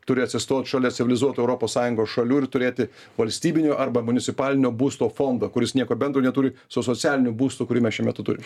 turi atsistot šalia civilizuotų europos sąjungos šalių ir turėti valstybinio arba municipalinio būsto fondą kuris nieko bendro neturi su socialiniu būstu kurį mes šiuo metu turim